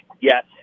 yes